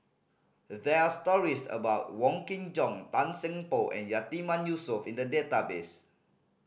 there are stories about Wong Kin Jong Tan Seng Poh and Yatiman Yusof in the database